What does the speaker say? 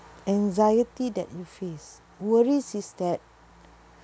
anxiety that you face worries is that